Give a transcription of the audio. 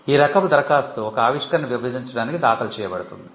ఈ రకపు దరఖాస్తు ఒక ఆవిష్కరణను విభజించడానికి దాఖలు చేయబడుతుంది